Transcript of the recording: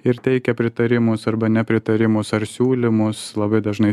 ir teikia pritarimus arba nepritarimus ar siūlymus labai dažnai